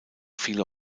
viele